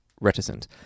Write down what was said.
reticent